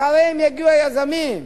אחריהן יגיעו היזמים.